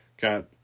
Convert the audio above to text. got